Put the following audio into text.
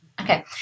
Okay